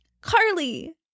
Carly